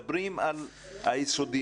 מדברים על היסודי,